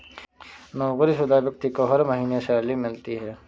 नौकरीशुदा व्यक्ति को हर महीने सैलरी मिलती है